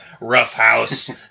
roughhouse